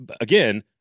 again